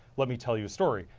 let me tell you a story.